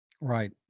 Right